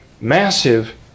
massive